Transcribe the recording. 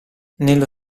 nello